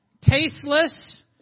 tasteless